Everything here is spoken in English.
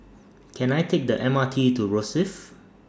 Can I Take The M R T to Rosyth